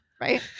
right